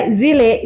zile